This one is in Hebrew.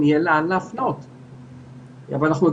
אלא שהן מבטאות יותר את המצוקה.